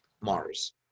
Mars